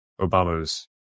Obama's